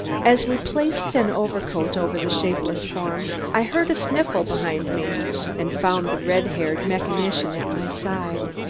as we placed an overcoat over the shapeless form, i heard a sniffle behind me and found the red-haired mechanician at my side.